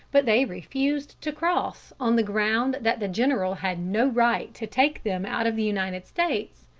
but they refused to cross, on the ground that the general had no right to take them out of the united states,